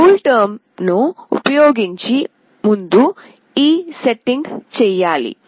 ఈ కూల్టెర్మ్ను ఉపయోగించే ముందు ఈ సెట్టింగ్ చేయాలి